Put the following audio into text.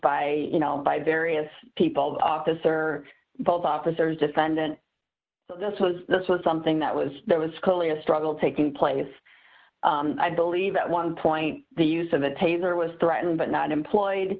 by you know by various people the officer both officers defendant so this was this was something that was there was clearly a struggle taking place i believe at one point the use of a taser was threatened but not employed